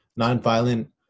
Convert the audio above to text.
nonviolent